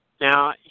Now